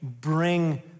bring